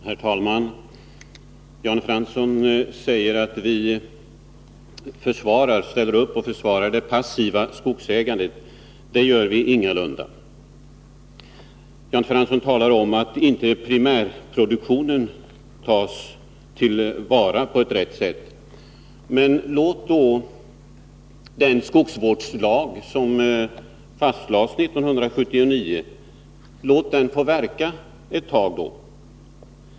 Herr talman! Jan Fransson säger att vi ställer upp på och försvarar det passiva skogsägandet. Det gör vi ingalunda. Jan Fransson sade också att primärproduktionen inte tas till vara på ett riktigt sätt. Men låt den skogsvårdslag som fastlades 1979 få verka ett tag.